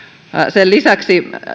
sen lisäksi